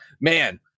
man